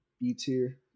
B-tier